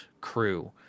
crew